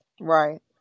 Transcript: right